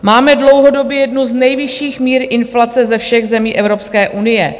Máme dlouhodobě jednu z nejvyšších mír inflace ze všech zemí Evropské unie.